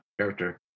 character